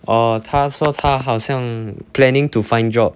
orh 她说她好像 planning to find job